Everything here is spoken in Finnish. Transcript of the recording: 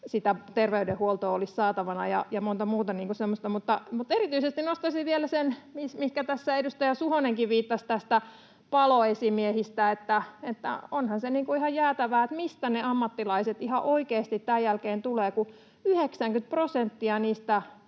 terveydenhuoltoa olisi saatavana, ja monta muuta semmoista. Mutta erityisesti nostaisin vielä sen, mihin tässä edustaja Suhonenkin viittasi, nämä paloesimiehet, että onhan se ihan jäätävää, että mistä ne ammattilaiset ihan oikeasti tämän jälkeen tulevat, kun 90